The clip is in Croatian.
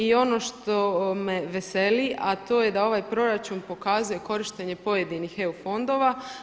I ono što me veseli, a to je da ovaj proračun pokazuje korištenje pojedinih EU fondova.